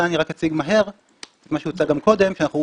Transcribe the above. כאן אני רק אציג מהר את מה שהוצג גם קודם, אנחנו